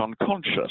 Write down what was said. unconscious